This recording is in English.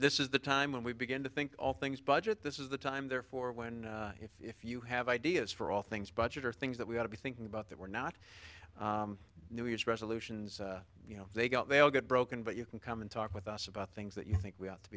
this is the time when we begin to think all things budget this is the time therefore when if you have ideas for all things budget or things that we ought to be thinking about that we're not new year's resolutions you know they go they all get broken but you can come and talk with us about things that you think we ought to